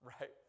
right